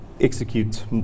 execute